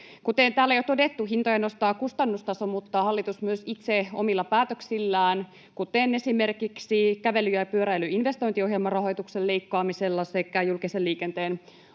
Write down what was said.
Kuten täällä on jo todettu, hintoja nostaa kustannustaso mutta hallitus myös itse omilla päätöksillään, kuten esimerkiksi kävelyn ja pyöräilyn investointiohjelman rahoituksen leikkaamisella sekä julkisen liikenteen